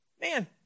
Man